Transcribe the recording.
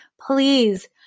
please